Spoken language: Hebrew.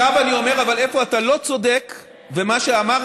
אבל עכשיו אני אומר איפה אתה לא צודק, ומה שאמרת,